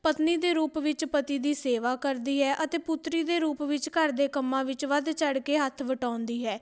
ਪਤਨੀ ਦੇ ਰੂਪ ਵਿੱਚ ਪਤੀ ਦੀ ਸੇਵਾ ਕਰਦੀ ਹੈ ਅਤੇ ਪੁੱਤਰੀ ਦੇ ਰੂਪ ਵਿੱਚ ਘਰ ਦੇ ਕੰਮਾਂ ਵਿੱਚ ਵੱਧ ਚੜ ਕੇ ਹੱਥ ਵਟਾਉਂਦੀ ਹੈ